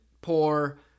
poor